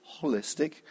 holistic